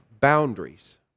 boundaries